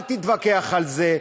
אל תתווכח על זה.